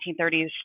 1930s